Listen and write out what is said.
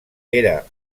era